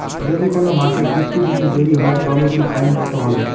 যদি কোন মাসে কিস্তি দিতে দেরি হয় তবে কি ফাইন কতহবে?